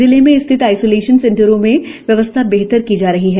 जिले में स्थित आइसोलेशन सेंटरों में व्यवस्था बेहतर की जा रही हैं